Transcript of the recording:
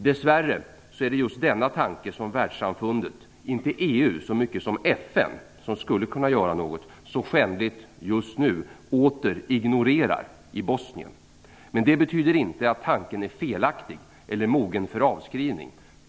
Dess värre är det just denna tanke som världssamfundet - inte EU så mycket som FN, som skulle kunna göra något - så skändligt just nu åter ignorerar i Bosnien. Men det betyder inte att tanken är felaktig eller mogen för avskrivning.